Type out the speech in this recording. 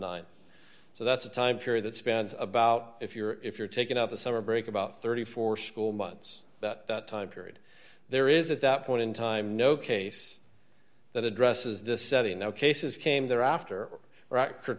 nine so that's a time period that spans about if you're if you're taking up a summer break about thirty four school months that that time period there is at that point in time no case that addresses this no cases came there after